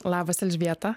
labas elžbieta